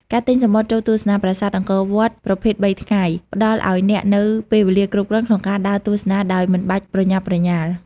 ការទិញសំបុត្រចូលទស្សនាប្រាសាទអង្គរវត្តប្រភេទ ៣ ថ្ងៃ ផ្តល់ឱ្យអ្នកនូវពេលវេលាគ្រប់គ្រាន់ក្នុងការដើរទស្សនាដោយមិនបាច់ប្រញាប់ប្រញាល់។